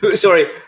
Sorry